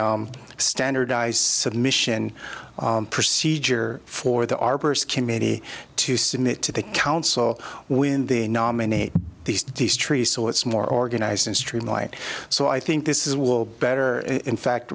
standardize submission procedure for the arbors committee to submit to the council when they nominate these days trees so it's more organized in streamline so i think this is will better in fact